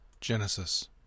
Genesis